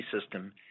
system